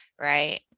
Right